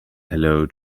hello